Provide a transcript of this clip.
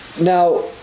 Now